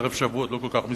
ערב שבועות, לא כל כך מזמן.